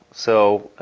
so